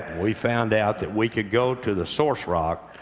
we found out that we could go to the source rock,